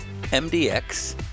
MDX